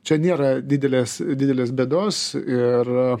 čia nėra didelės didelės bėdos ir